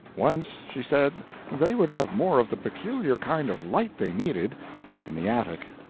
once she said they would have more of the peculiar kind of light they needed in the attic.